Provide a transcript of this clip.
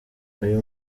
uyu